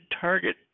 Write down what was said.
target